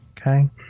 okay